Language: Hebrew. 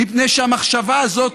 מפני שהמחשבה הזאת,